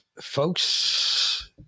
folks